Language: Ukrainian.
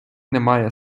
немає